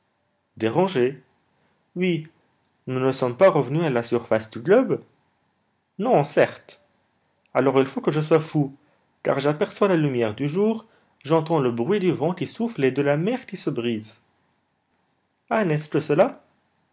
dérangé dérangé oui nous ne sommes pas revenus à la surface du globe non certes alors il faut que je sois fou car j'aperçois la lumière du jour j'entends le bruit du vent qui souffle et de la mer qui se brise ah n'est-ce que cela